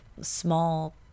small